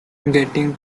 getting